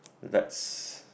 that's